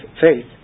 faith